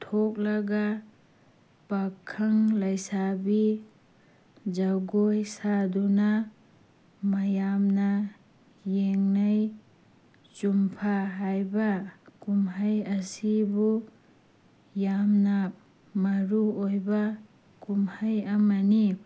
ꯊꯣꯛꯂꯒ ꯄꯥꯈꯪ ꯂꯩꯁꯥꯕꯤ ꯖꯒꯣꯏ ꯁꯥꯗꯨꯅ ꯃꯌꯥꯝꯅ ꯌꯦꯡꯅꯩ ꯆꯨꯝꯐꯥ ꯍꯥꯏꯕ ꯀꯨꯝꯍꯩ ꯑꯁꯤꯕꯨ ꯌꯥꯝꯅ ꯃꯔꯨ ꯑꯣꯏꯕ ꯀꯨꯝꯍꯩ ꯑꯃꯅꯤ